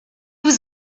was